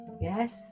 yes